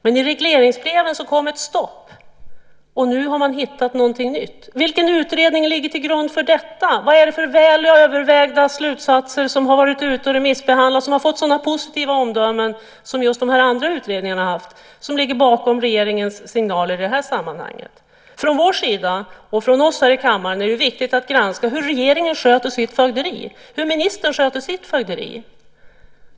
Men i regleringsbreven kom ett stopp, och nu har man hittat någonting nytt. Vilken utredning ligger till grund för detta? Vad är det för väl övervägda slutsatser som har varit ute och remissbehandlats och som har fått sådana positiva omdömen som just de andra utredningarna som ligger bakom regeringens signaler i detta sammanhang? Från vår sida, och från oss här i kammaren, är det viktigt att granska hur regeringen sköter sitt fögderi och hur ministern sköter sitt fögderi.